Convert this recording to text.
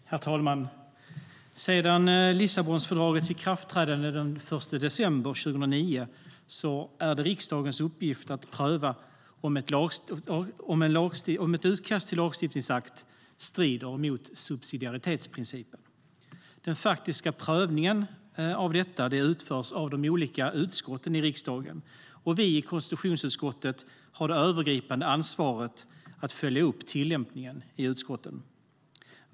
Herr talman! Sedan Lissabonfördragets ikraftträdande den 1 december 2009 är det riksdagens uppgift att pröva om ett utkast till lagstiftningsakt strider mot subsidiaritetsprincipen. Den faktiska prövningen av detta utförs av de olika utskotten i riksdagen. Konstitutionsutskottet har det övergripande ansvaret för att följa upp tillämpningen i utskotten.